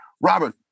Robert